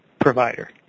provider